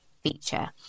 feature